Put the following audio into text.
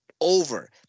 over